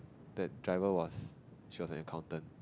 that driver was she was an accountant